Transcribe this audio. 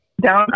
down